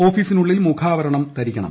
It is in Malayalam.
ഓഫീസിനുള്ളിൽ മുഖാവരണം ധരിക്കണം